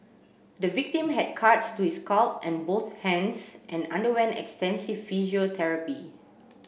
the victim had cuts to his scalp and both hands and underwent extensive physiotherapy